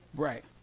Right